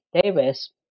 Davis